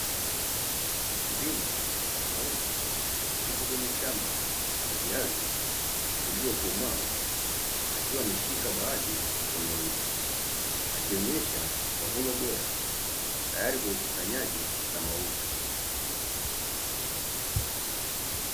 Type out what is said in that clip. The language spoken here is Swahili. Mkulima mwanaume yupo kwenye shamba la viazi vilivyokomaa akiwa ameshika baadhi mkononi, akionyesha mavuno bora tayari kwa ukusanyaji na mauzo.